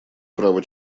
права